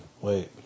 Wait